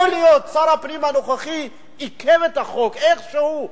שר הפנים הנוכחי עיכב את החוק איכשהו,